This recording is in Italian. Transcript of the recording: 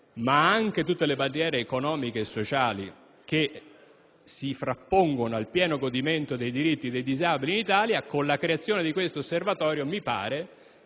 ma anche economiche e sociali che si frappongono al pieno godimento dei diritti dei disabili in Italia, con la creazione di questo Osservatorio mi